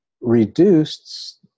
reduced